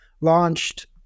launched